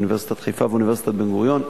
באוניברסיטת חיפה ובאוניברסיטת בן-גוריון.